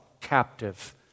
captive